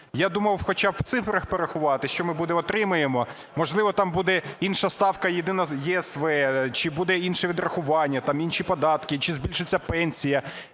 Я думав хоча б в цифрах порахувати, що ми отримаємо, можливо, там буде інша ставка ЄСВ чи буде інше відрахування, інші податки, чи збільшиться пенсія.